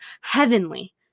heavenly